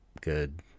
good